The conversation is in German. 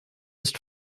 ist